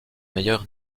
meilleur